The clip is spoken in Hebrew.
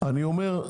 אני אומר,